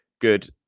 good